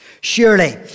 Surely